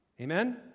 Amen